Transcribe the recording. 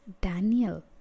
Daniel